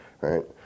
right